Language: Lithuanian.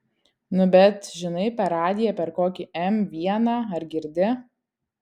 nu bet žinai per radiją per kokį m vieną ar girdi